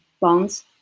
bonds